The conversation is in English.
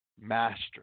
master